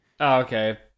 Okay